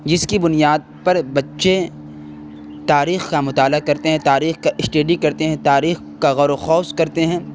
جس کی بنیاد پر بچے تاریخ کا مطالعہ کرتے ہیں تاریخ کا اسٹڈی کرتے ہیں تاریخ کا غور و خوض کرتے ہیں